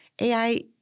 AI